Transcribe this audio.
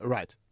Right